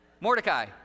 Mordecai